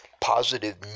positive